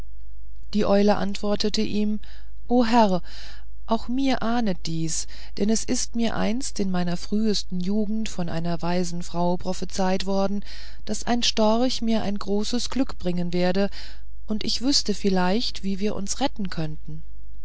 die eule antwortete ihm o herr auch mir ahnet dies denn es ist mir einst in meiner frühesten jugend von einer weisen frau prophezeit worden daß ein storch mir ein großes glück bringen werde und ich wüßte vielleicht wie wir uns retten könnten